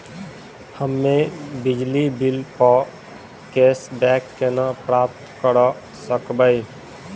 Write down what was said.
हम्मे बिजली बिल प कैशबैक केना प्राप्त करऽ सकबै?